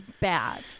bad